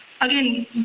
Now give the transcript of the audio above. again